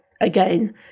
again –